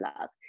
love